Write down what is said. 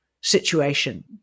situation